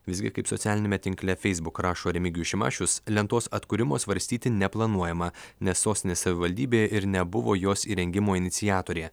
visgi kaip socialiniame tinkle facebook rašo remigijus šimašius lentos atkūrimo svarstyti neplanuojama nes sostinės savivaldybė ir nebuvo jos įrengimo iniciatorė